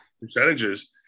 percentages